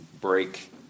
break